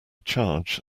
charge